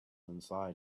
inside